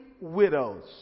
widows